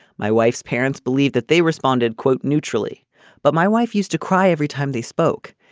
my wife's parents believe that they responded quote neutrally but my wife used to cry every time they spoke.